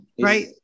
Right